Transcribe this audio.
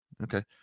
Okay